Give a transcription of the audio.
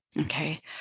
Okay